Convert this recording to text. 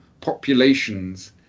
populations